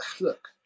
look